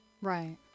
right